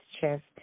chest